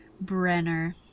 brenner